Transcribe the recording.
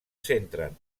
centren